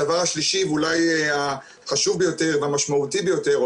הדבר השלישי ואולי החשוב ביותר והמשמעותי ביותר או